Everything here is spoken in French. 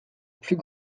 plus